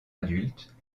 adultes